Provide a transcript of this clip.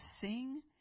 sing